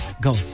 Go